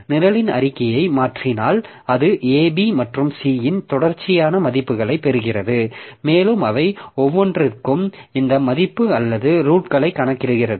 நிரலின் அறிக்கையை மாற்றினால் அது ab மற்றும் c இன் தொடர்ச்சியான மதிப்புகளைப் பெறுகிறது மேலும் அவை ஒவ்வொன்றிற்கும் இந்த மதிப்பு அல்லது ரூட்களை கணக்கிடுகிறது